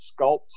sculpt